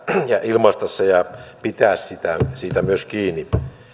ja ilmaista se ja pitää siitä myös kiinni